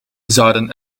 zouden